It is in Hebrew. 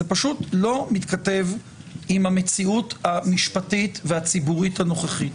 זה פשוט לא מתכתב עם המציאות המשפטית והציבורית הנוכחית.